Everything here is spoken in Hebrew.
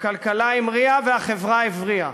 הכלכלה המריאה והחברה הבריאה.